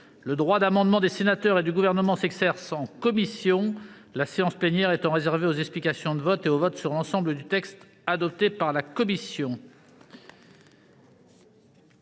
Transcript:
le droit d'amendement des sénateurs et du Gouvernement s'exerce en commission, la séance plénière étant réservée aux explications de vote et au vote sur l'ensemble du texte adopté par la commission.